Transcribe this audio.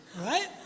Right